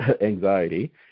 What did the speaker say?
anxiety